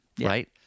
right